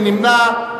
מי נמנע?